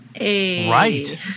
Right